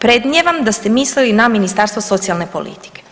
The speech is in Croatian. Predmnijevam da ste mislili na Ministarstvo socijalne politike.